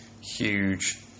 huge